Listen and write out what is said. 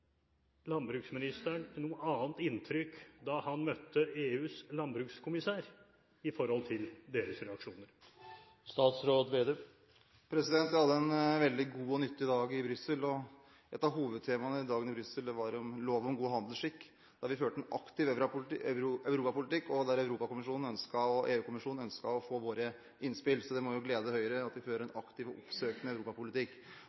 landbruksministeren et annet inntrykk da han møtte EUs landbrukskommisær, når det gjelder deres reaksjoner? Jeg hadde en veldig god og nyttig dag i Brussel, og et av hovedtemaene under dagen i Brussel var loven om god handelsskikk. Der har vi ført en aktiv europapolitikk, og EU-kommisjonen ønsket å få våre innspill. Det må jo glede Høyre at vi fører en